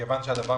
שהנושא